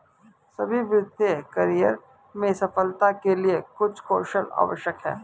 सभी वित्तीय करियर में सफलता के लिए कुछ कौशल आवश्यक हैं